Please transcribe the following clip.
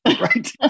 right